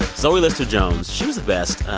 zoe lister-jones she was the best.